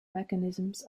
mechanisms